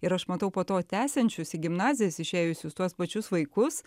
ir aš matau po to tęsiančius į gimnazijas išėjusius tuos pačius vaikus